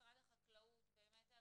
ברשותכם אני אסכם את